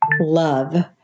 love